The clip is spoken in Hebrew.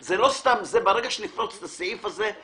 ברגע שנפרוץ את הסעיף הזה,